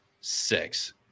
six